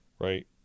Right